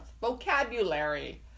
vocabulary